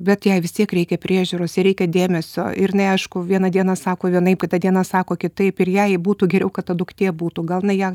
bet jai vis tiek reikia priežiūros jai reikia dėmesio ir jinai aišku vieną dieną sako vienaip kitą dieną sako kitaip ir jai būtų geriau kad ta duktė būtų gal jinai ją